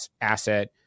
asset